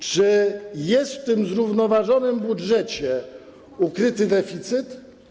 Czy jest w tym zrównoważonym budżecie ukryty deficyt?